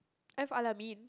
I've Al-Amin